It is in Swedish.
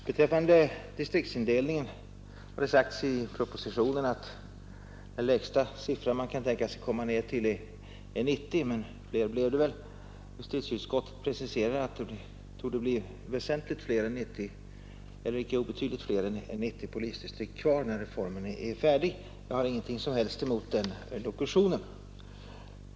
Beträffande distriktsindelningen har det sagts i propositionen att den lägsta siffra man kan tänka sig komma ned till är 90 distrikt men fler blir det förmodligen. Justitieutskottet preciserar att det torde bli icke obetydligt fler än 90 polisdistrikt kvar när reformen är färdig. Jag har ingenting emot den lokutionen.